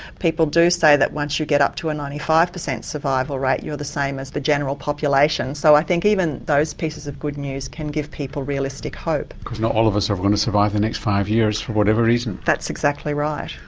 people do say that once you get up to a ninety five percent survival rate you're the same as the general population. so i think even those pieces of good news can give people realistic hope. because not all of us are going to survive the next five years for whatever reason. that's exactly right.